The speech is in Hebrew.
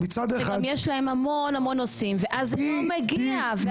וגם יש להם המון נושאים ואז לא מגיעים להם.